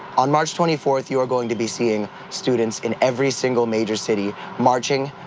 on march twenty four you are going to be seeing students in every single major city marching,